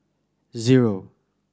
zero